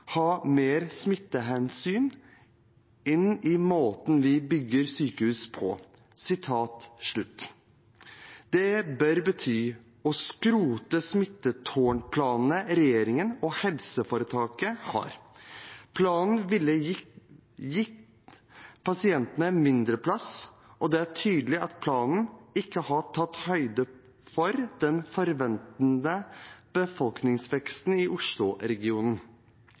ha mer smittevernhensyn inn i måten vi bygger sykehus på.» Det bør bety å skrote smittetårnplanene regjeringen, og helseforetaket, har. Planen ville gitt pasientene mindre plass, og det er tydelig at planen ikke har tatt høyde for den forventede befolkningsveksten i